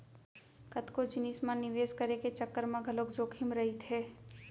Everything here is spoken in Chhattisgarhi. कतको जिनिस म निवेस करे के चक्कर म घलोक जोखिम रहिथे